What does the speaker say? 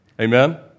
Amen